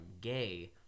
gay